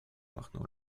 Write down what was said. machnął